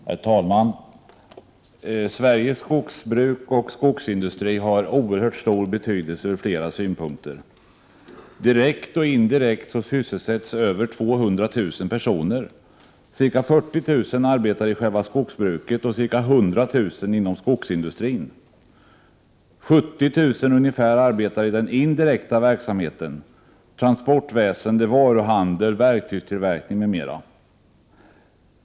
Herr talman! Sveriges skogsbruk och skogsindustri har oerhört stor betydelse från flera synpunkter. Direkt och indirekt sysselsätts över 200 000 personer, varav ca 40 000 personer arbetar i själva skogsbruket och ca 100 000 inom skogsindustrin. Ca 70 000 arbetar inom den indirekta verksamheten, transportväsende, varuhandel, verktygstillverkning m.m.